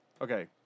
okay